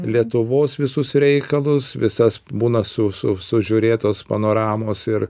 lietuvos visus reikalus visas būna su su sužiūrėtos panoramos ir